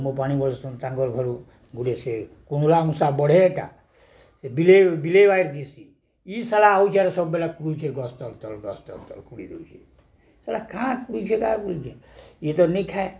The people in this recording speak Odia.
ମୋ ପାଣି ବୋହିସନ୍ ତାଙ୍କର ଘରୁ ଗୋଟେ ସେ କୁନ୍ଦୁଲା ମୂଷା ବଢ଼େଟା ସେ ବିଲେଇ ବିଲେଇବାର ଦିଶି ଇ ସାରା ଆଉଛେ ହେରି ସବୁବେଳେ କୁଡ଼ୁଛେ ଗ୍ ତଲ ତଲ ଘାସ୍ ତଲ ତଲ କୁଡ଼ି ଦଉଛେ ସେଟା କାଣା କୁଡ଼ୁଛେ କାଁ ଇଏ ତ ନାଇଁ ଖାଏ